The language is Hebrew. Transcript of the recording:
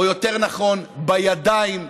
או יותר נכון בידיים,